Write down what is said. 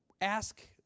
Ask